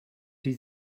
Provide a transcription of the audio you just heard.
die